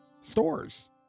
stores